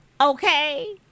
okay